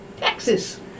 Texas